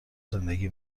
زندگی